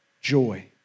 joy